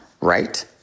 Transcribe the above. right